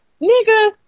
nigga